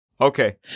Okay